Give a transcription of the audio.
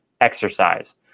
exercise